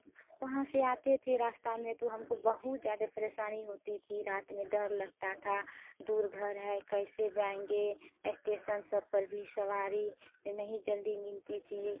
वहाँ से आते थे रास्ता में तो हमको बहुत ज़्यादा परेशानी होती थी रात में डर लगता था दूर घर है कैसे जाएँगे अस्टेसन सब पर भी सवारी यह नहीं जल्दी मिलती थी